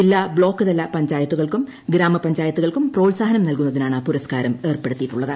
ജില്ലാ ബ്ലോക്ക് തല പഞ്ചായത്തുകൾക്കും ഗ്രാമപഞ്ചായത്തുകൾക്കും പ്രോത്സാഹനം നൽകുന്നതിനാണ് പുരസ്ക്കാരം ഏർപ്പെടുത്തിയിട്ടുള്ളത്